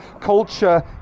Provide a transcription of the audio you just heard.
culture